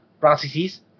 processes